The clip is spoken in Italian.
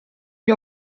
gli